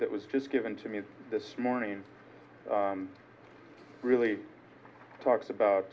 that was just given to me this morning really talks about